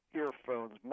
earphones